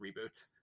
Reboot